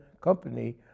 Company